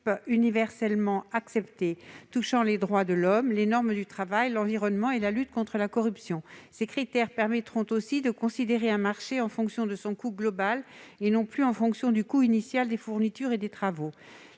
universellement acceptés, touchant les droits de l'homme, les normes du travail, l'environnement et la lutte contre la corruption. Ces critères permettront également de considérer un marché en fonction de son coût global et non plus du coût initial des fournitures et des travaux.